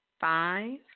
five